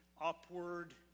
upward